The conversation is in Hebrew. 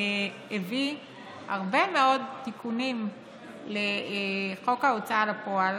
הביא הרבה מאוד תיקונים לחוק ההוצאה לפועל